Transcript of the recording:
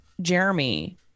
Jeremy